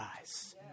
eyes